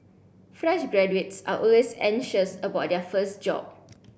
fresh graduates are always anxious about their first job